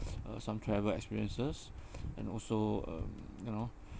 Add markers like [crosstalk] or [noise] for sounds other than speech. uh some travel experiences [breath] and also um you know